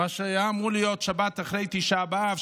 שהייתה אמורה להיות שבת אחרי תשעה באב,